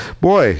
boy